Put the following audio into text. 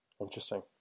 Interesting